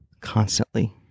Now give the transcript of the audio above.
constantly